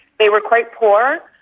they were quite poor,